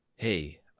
hey